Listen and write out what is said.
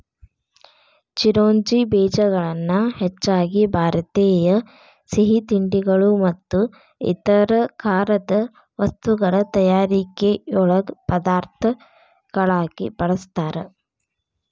ಚಿರೋಂಜಿ ಬೇಜಗಳನ್ನ ಹೆಚ್ಚಾಗಿ ಭಾರತೇಯ ಸಿಹಿತಿಂಡಿಗಳು ಮತ್ತು ಇತರ ಖಾರದ ವಸ್ತುಗಳ ತಯಾರಿಕೆಯೊಳಗ ಪದಾರ್ಥಗಳಾಗಿ ಬಳಸ್ತಾರ